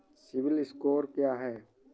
CIBIL score क्या है?